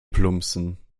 plumpsen